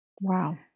wow